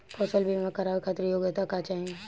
फसल बीमा करावे खातिर योग्यता का चाही?